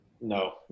No